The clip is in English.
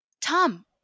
Tom